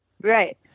Right